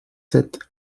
sept